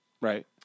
Right